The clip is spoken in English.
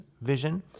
vision